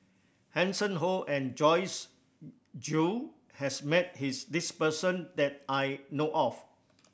Hanson Ho and Joyce Jue has met his this person that I know of